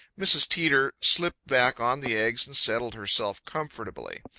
mrs. teeter slipped back on the eggs and settled herself comfortably.